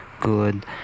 good